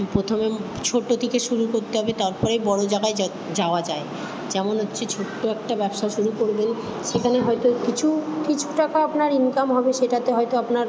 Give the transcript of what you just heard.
প্রথমে ছোটো থেকে শুরু করতে হবে তাপরে বড়ো জায়গায় যা যাওয়া যায় যেমন হচ্ছে ছোট্ট একটা ব্যবসা শুরু করবেন সেখানে হয়তো কিছু কিছু টাকা আপনার ইনকাম হবে সেটাতে হয়তো আপনার